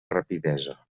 rapidesa